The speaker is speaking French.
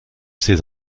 ses